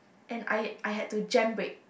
and I I have to jam brake